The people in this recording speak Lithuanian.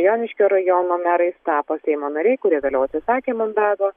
joniškio rajono merais tapo seimo nariai kurie vėliau atsisakė mandato